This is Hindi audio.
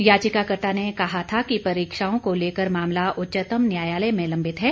याचिकाकर्ता ने कहा था कि परीक्षाओं को लेकर मामला उच्चतम न्यायालय में लंबित है